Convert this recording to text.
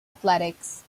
athletics